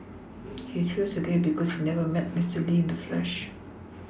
he is here today because he never met Mister Lee in the flesh